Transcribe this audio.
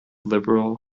liberal